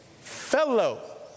fellow